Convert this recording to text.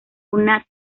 una